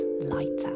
lighter